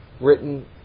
written